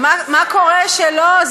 תספרי מה קורה כשהוא לא.